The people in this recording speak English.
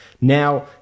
Now